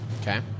Okay